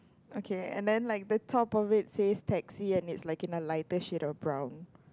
okay and then like the top of it says taxi and it's like in a lighter shade of brown